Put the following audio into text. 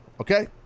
Okay